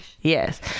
Yes